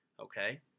okay